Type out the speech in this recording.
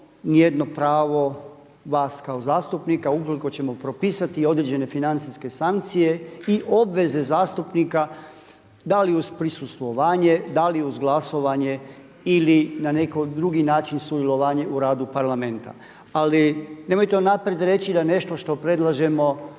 ni jedno pravo vas kao zastupnika ukoliko ćemo propisati određene financijske sankcije i obveze zastupnika da li uz prisustvovanje, da li uz glasovanje ili na neki drugi način sudjelovanje u radu Parlamenta. Ali nemojte unaprijed reći da nešto što predlažemo